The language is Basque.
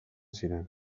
ziren